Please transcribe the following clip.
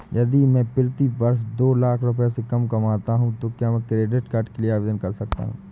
यदि मैं प्रति वर्ष दो लाख से कम कमाता हूँ तो क्या मैं क्रेडिट कार्ड के लिए आवेदन कर सकता हूँ?